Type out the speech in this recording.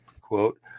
quote